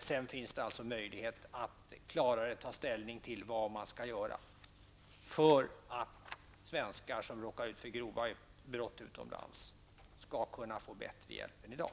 Sedan finns alltså möjligheter att klarare ta ställning till vad som skall göras för att svenskar som råkar ut för grova brott utomlands skall kunna få bättre hjälp än i dag.